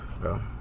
bro